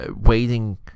waiting